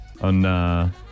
on